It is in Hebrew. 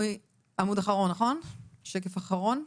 שקף אחרון?